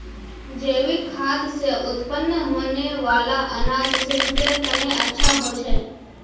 जैविक खाद से उत्पन्न होने वाला अनाज सेहतेर तने अच्छा होछे